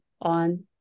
on